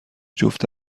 جفت